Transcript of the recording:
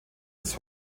das